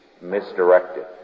misdirected